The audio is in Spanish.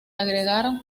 agregaron